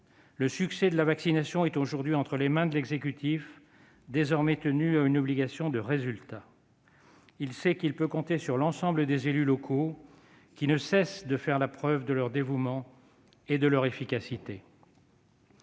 Le succès de la vaccination est entre les mains de l'exécutif, tenu à une obligation de résultat. Il sait qu'il peut compter sur l'ensemble des élus locaux, qui ne cessent de faire la preuve de leur dévouement et de leur efficacité.